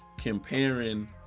comparing